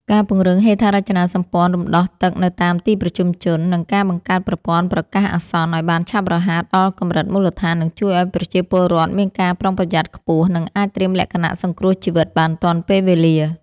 ការពង្រឹងហេដ្ឋារចនាសម្ព័ន្ធរំដោះទឹកនៅតាមទីប្រជុំជន និងការបង្កើតប្រព័ន្ធប្រកាសអាសន្នឱ្យបានឆាប់រហ័សដល់កម្រិតមូលដ្ឋាន នឹងជួយឱ្យប្រជាពលរដ្ឋមានការប្រុងប្រយ័ត្នខ្ពស់ និងអាចត្រៀមលក្ខណៈសង្គ្រោះជីវិតបានទាន់ពេលវេលា។